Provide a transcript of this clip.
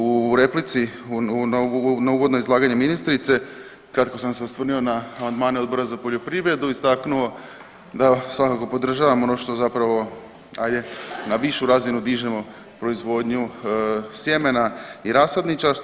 U replici na uvodno izlaganje ministrice kratko sam se osvrnuo na amandmane Odbora za poljoprivredu, istaknuo da svakako podržavam ono što zapravo hajde na višu razinu dižemo proizvodnju sjemena i rasadničarstva.